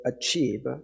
achieve